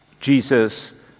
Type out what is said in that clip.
Jesus